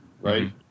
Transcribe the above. right